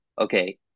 okay